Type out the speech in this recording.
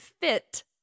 fit